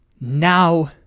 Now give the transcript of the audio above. Now